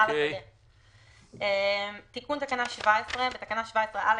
תיקון תקנה 174. בתקנה 17(א)(3)